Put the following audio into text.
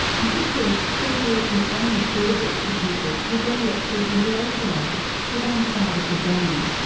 and he says surgery is only suitable for people whose epilepsy is localised to one side of the brain,